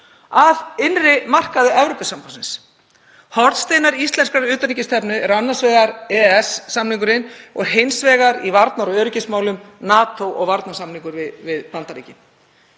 að innri markaði Evrópusambandsins. Hornsteinar íslenskrar utanríkisstefnu eru annars vegar EES-samningurinn og hins vegar, í varnar- og öryggismálum, NATO og varnarsamningurinn við Bandaríkin.